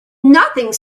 nothing